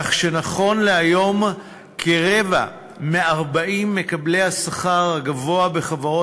כך שנכון להיום כרבע מ-40 מקבלי השכר הגבוה בחברות